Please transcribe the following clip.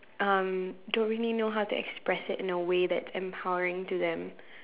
um don't really know how to express it in a way that's empowering to them